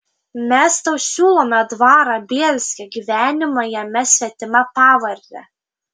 mes tau siūlome dvarą bielske gyvenimą jame svetima pavarde